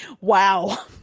Wow